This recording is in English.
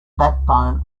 backbone